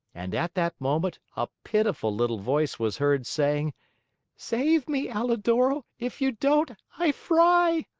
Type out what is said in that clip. and at that moment, a pitiful little voice was heard saying save me, alidoro if you don't, i fry!